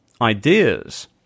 ideas